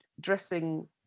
dressing